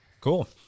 Cool